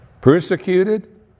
Persecuted